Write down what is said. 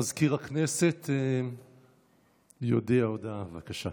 מזכיר הכנסת יודיע הודעה, בבקשה,